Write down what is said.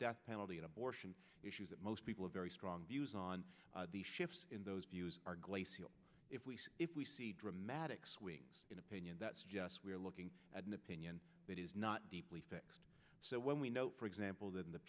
death penalty and abortion issues that most people have very strong views on the shift in those views are glacial if we see if we see dramatic swings in opinion that's just we're looking at an opinion that is not deeply fixed so when we know for example that in the